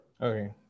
Okay